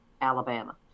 Alabama